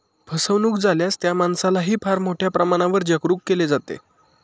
फसवणूक झाल्यास त्या माणसालाही फार मोठ्या प्रमाणावर जागरूक केले जाते